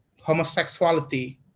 homosexuality